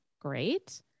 great